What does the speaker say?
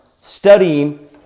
studying